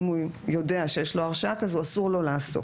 אם הוא יודע שיש לו הרשעה כזאת אסור לו לעסוק.